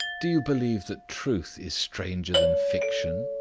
do you believe that truth is stranger than fiction?